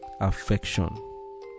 affection